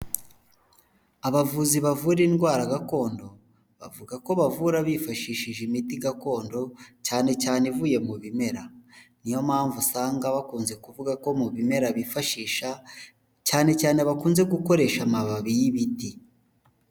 Abavuzi bavura indwara gakondo bavuga ko bavura bifashishije imiti gakondo cyane cyane ivuye mu bimera, niyo mpamvu usanga bakunze kuvuga ko mu bimera bifashisha cyane cyane bakunze gukoresha amababi y'ibiti.